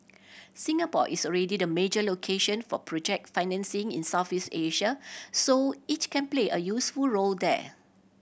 Singapore is already the major location for project financing in Southeast Asia so it can play a useful role there